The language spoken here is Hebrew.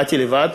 באתי לבד,